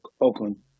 Oakland